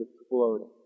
exploding